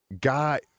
Guy